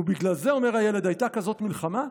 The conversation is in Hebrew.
ובגלל זה, אומר הילד, הייתה כזאת מלחמה?